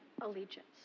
allegiance